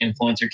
influencer